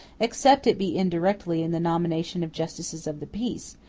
except it be indirectly in the nomination of justices of the peace,